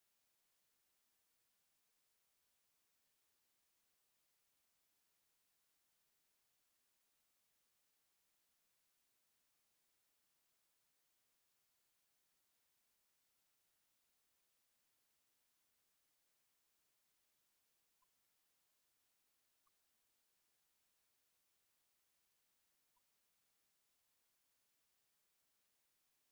by